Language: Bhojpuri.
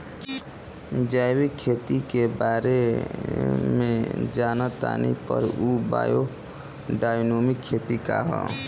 जैविक खेती के बारे जान तानी पर उ बायोडायनमिक खेती का ह?